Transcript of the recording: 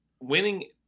winning